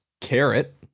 Carrot